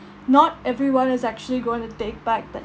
not everyone is actually going to take back that